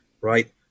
right